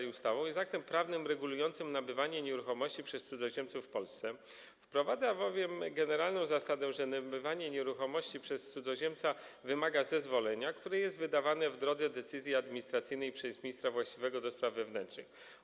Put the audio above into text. Jest ona aktem prawnym regulującym nabywanie nieruchomości przez cudzoziemców w Polsce, wprowadza bowiem generalną zasadę, że nabywanie nieruchomości przez cudzoziemca wymaga zezwolenia, które jest wydawane w drodze decyzji administracyjnej przez ministra właściwego do spraw wewnętrznych.